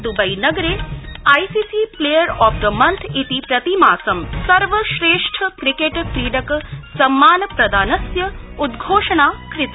Dubai नगरे I C C player of the month इति प्रतिमासं सर्वश्रेष्ठ क्रिकेट् क्रीडक सम्मान प्रदानस्य उदघोषणा कृता